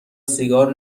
سیگار